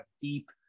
deep